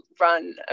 run